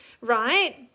right